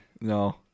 No